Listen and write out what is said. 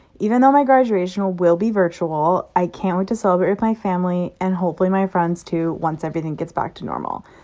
even though my graduation will will be virtual, i can't wait to celebrate with my family and hopefully my friends too once everything gets back to normal.